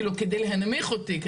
כדי להנמיך אותי,